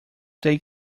they